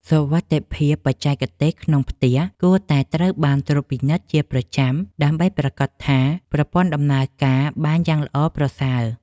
សុវត្ថិភាពបច្ចេកទេសក្នុងផ្ទះគួរតែត្រូវបានត្រួតពិនិត្យជាប្រចាំ ដើម្បីប្រាកដថាប្រព័ន្ធដំណើរការបានយ៉ាងល្អប្រសើរ។